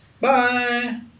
Bye